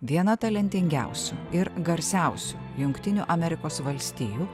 viena talentingiausių ir garsiausių jungtinių amerikos valstijų